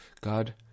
God